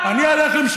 מזון,